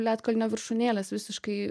ledkalnio viršūnėlės visiškai